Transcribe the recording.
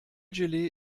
gelee